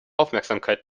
aufmerksamkeit